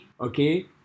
okay